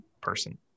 person